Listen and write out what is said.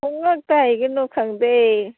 ꯈꯪꯗꯦ